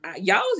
y'all